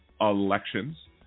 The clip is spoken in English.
elections